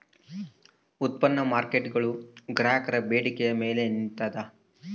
ಉತ್ಪನ್ನ ಮಾರ್ಕೇಟ್ಗುಳು ಗ್ರಾಹಕರ ಬೇಡಿಕೆಯ ಮೇಲೆ ನಿಂತಿದ